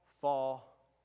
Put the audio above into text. fall